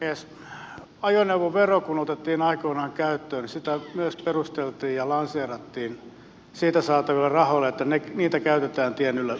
kun ajoneuvovero otettiin aikoinaan käyttöön niin sitä myös perusteltiin ja lanseerattiin siitä saatavilla rahoilla että niitä käytetään tienpitoon